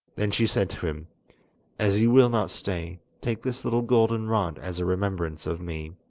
then she said to him as you will not stay, take this little golden rod as a remembrance of me.